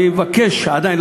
אני מבקש שעדיין,